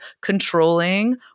controlling